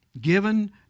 given